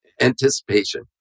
anticipation